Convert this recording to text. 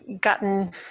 gotten